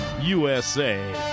USA